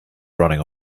running